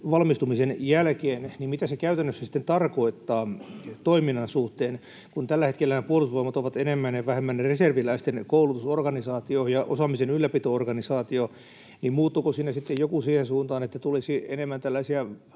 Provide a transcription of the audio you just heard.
valmistumisen jälkeen. Mitä se käytännössä sitten tarkoittaa toiminnan suhteen, kun tällä hetkellä Puolustusvoimat on enemmän tai vähemmän reserviläisten koulutusorganisaatio ja osaamisen ylläpito-organisaatio — muuttuuko siinä sitten jokin siihen suuntaan, että tulisi enemmän tällaisia